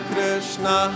Krishna